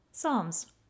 Psalms